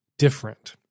different